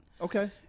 Okay